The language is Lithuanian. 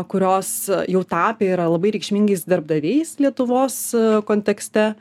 kurios jau tapę yra labai reikšmingais darbdaviais lietuvos kontekste